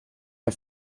der